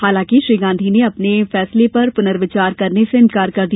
हालांकि श्री गांधी ने अपने फैसले पर पुनर्विचार करने से इंकार कर दिया